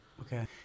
Okay